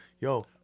Yo